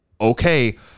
okay